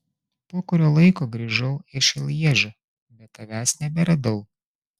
po kurio laiko grįžau iš lježo bet tavęs neberadau